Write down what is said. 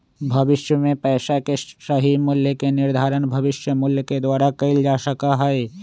भविष्य में पैसा के सही मूल्य के निर्धारण भविष्य मूल्य के द्वारा कइल जा सका हई